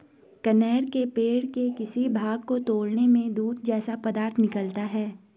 कनेर के पेड़ के किसी भाग को तोड़ने में दूध जैसा पदार्थ निकलता है